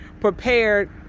prepared